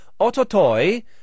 Ototoi